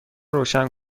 روشن